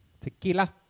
Tequila